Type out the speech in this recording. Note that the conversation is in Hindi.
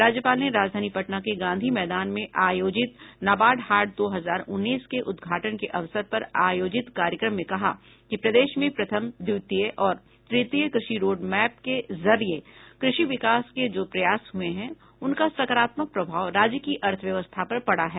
राज्यपाल ने राजधानी पटना के गांधी मैदान में आयोजित नाबार्ड हाट दो हजार उन्नीस के उद्घाटन के अवसर पर आयोजित कार्यक्रम में कहा कि प्रदेश में प्रथम द्वितीय और तृतीय कृषि रोड मैप के जरिये कृषि विकास के जो प्रयास हुए हैं उनका सकारात्मक प्रभाव राज्य की अर्थव्यवस्था पर पड़ा है